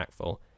impactful